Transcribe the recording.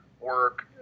work